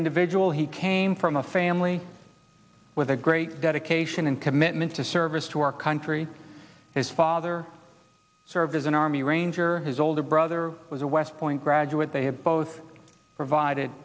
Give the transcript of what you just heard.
individual he came from a family with a great dedication and commitment to service to our country his father served as an army ranger his older brother was a west point graduate they have both provided